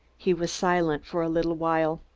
he was silent for a little while.